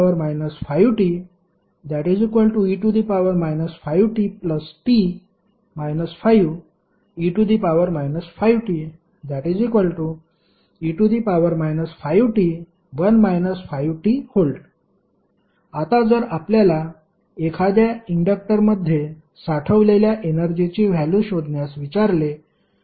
1ddt10te 5te 5tt 5e 5t e 5tV आता जर आपल्याला एखाद्या इंडक्टरमध्ये साठवलेल्या एनर्जीची व्हॅल्यु शोधण्यास विचारले तर